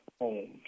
homes